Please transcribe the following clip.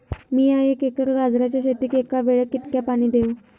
मीया एक एकर गाजराच्या शेतीक एका वेळेक कितक्या पाणी देव?